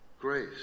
grace